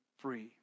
free